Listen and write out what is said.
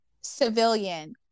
civilian